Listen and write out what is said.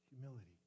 humility